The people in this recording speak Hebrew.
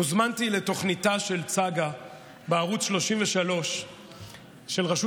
הוזמנתי לתוכניתה של צגה בערוץ 33 של רשות